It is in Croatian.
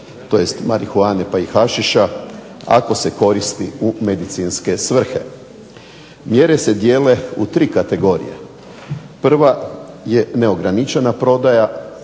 tj. marihuane pa i hašiša ako se koristi u medicinske svrhe. Mjere se dijele u tri kategorije. Prva je neograničena prodaja,